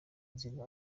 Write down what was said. inzira